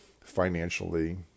financially